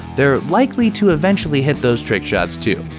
they're likely to eventually hit those trick shots too.